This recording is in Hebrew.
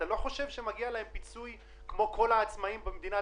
אתה לא חושב שמגיע להם פיצוי כמו כל העצמאיים במדינה?